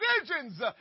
decisions